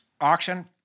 Auction